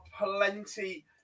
plenty